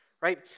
Right